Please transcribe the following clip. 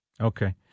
Okay